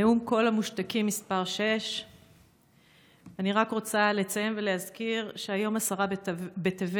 זהו נאום קול המושתקים מס' 6. אני רק רוצה לציין ולהזכיר שהיום י' בטבת,